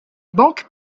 banques